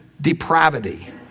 depravity